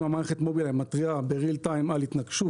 אם מערכת מובילאיי מתריעה בזמן אמת על התנגשות